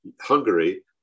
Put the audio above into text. Hungary